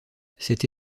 cette